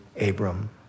Abram